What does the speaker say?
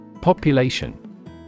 Population